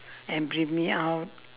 and bring me out